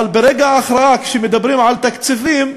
אבל ברגע ההכרעה, כשמדברים על התקציבים,